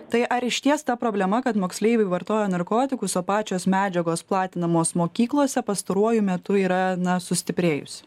tai ar išties ta problema kad moksleiviai vartoja narkotikus o pačios medžiagos platinamos mokyklose pastaruoju metu yra sustiprėjusi